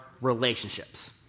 relationships